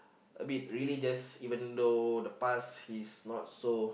a bit religious even though the past he's not so